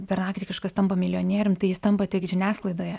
per naktį kažkas tampa milijonierium tai jis tampa tik žiniasklaidoje